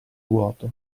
vuoto